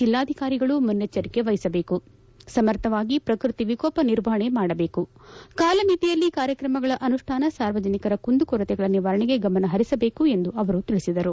ಜಿಲ್ಲಾಧಿಕಾರಿಗಳು ಮನ್ನೆಜ್ವರಿಕೆ ವಹಿಸಬೇಕು ಸಮರ್ಥವಾಗಿ ಪ್ರಕೃತಿ ವಿಕೋಪ ನಿರ್ವಹಣೆ ಮಾಡಬೇಕು ಕಾಲಮಿತಿಯಲ್ಲಿ ಕಾರ್ಯಕ್ರಮಗಳ ಅನುಪ್ಪಾನ ಸಾರ್ವಜನಿಕರ ಕುಂದುಕೊರತೆಗಳ ನಿವಾರಣೆಗೆ ಗಮನಪರಿಸಬೇಕು ಎಂದು ಅವರು ತಿಳಿಸಿದರು